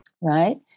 Right